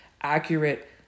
accurate